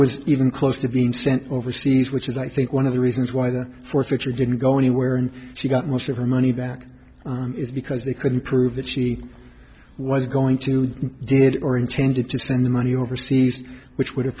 was even close to being sent overseas which is i think one of the reasons why the fourth which we didn't go anywhere and she got most of her money back is because they couldn't prove that she was going to did or intended to spend the money overseas which would have